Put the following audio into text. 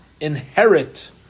inherit